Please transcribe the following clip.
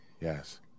Yes